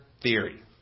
theory